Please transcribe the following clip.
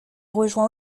rejoint